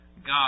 God